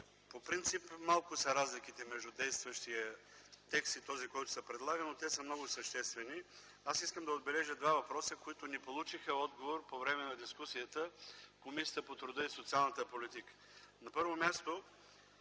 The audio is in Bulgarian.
По принцип малко са разликите между действащия текст и този, който се предлага, но те са много съществени. Аз искам да отбележа два въпроса, които не получиха отговор по време на дискусията в Комисията по труда и социалната политика. На първо място,